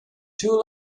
two